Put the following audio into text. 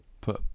put